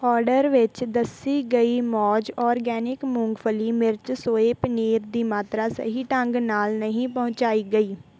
order ਵਿੱਚ ਦੱਸੀ ਗਈ ਮੌਜ ਔਰਗੈਨਿਕ ਮੂੰਗਫਲੀ ਮਿਰਚ ਸੋਏ ਪਨੀਰ ਦੀ ਮਾਤਰਾ ਸਹੀ ਢੰਗ ਨਾਲ ਨਹੀਂ ਪਹੁੰਚਾਈ ਗਈ